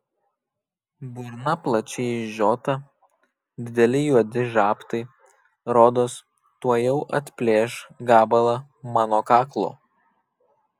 burna plačiai išžiota dideli juodi žabtai rodos tuojau atplėš gabalą mano kaklo